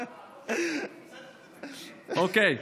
אוקיי,